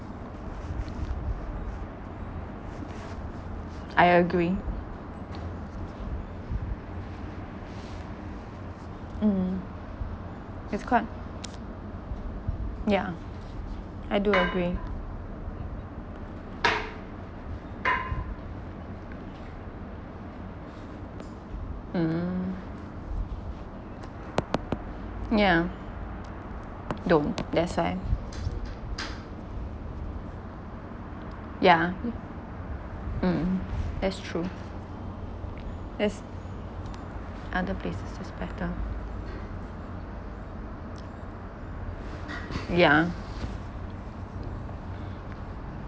I agree mm it's called yeah I do agree mm yeah don't that's why yeah mm that's true there's other places is better yeah